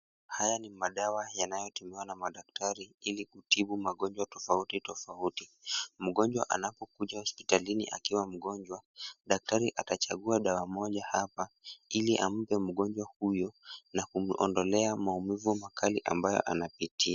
Haya ni madawa yanayotumwa na madaktari ili kutibu magonjwa tofauti tofauti. Mgonjwa anapokuja hospitalini akiwa mgonjwa, daktari atachagua dawa moja hapa ili ampe mgonjwa huyo na kumuondolea maumivu makali ambayo anapitia.